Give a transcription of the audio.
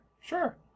Sure